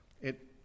It